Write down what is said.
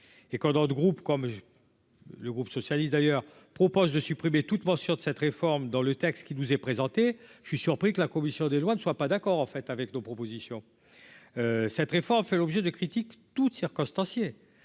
et quand, dans le groupe quoi mais. Le groupe socialiste d'ailleurs propose de supprimer toute mention de cette réforme dans le texte qui nous est présentée, je suis surpris que la commission des lois ne soient pas d'accord en fait avec nos propositions, cette réforme fait l'objet de critiques, toutes circonstanciée